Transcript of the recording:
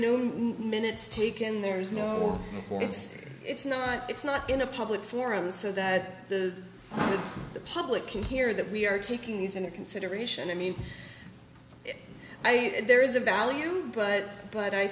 noone minutes taken there's no it's not it's not in a public forum so that the public can hear that we are taking these into consideration i mean i there is a value but but i